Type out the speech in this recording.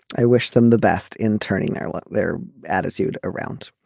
i wish them the best in turning their look their attitude around.